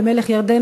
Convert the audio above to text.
למלך ירדן,